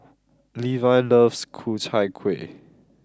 Levi loves Ku Chai Kueh